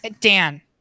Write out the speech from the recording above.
Dan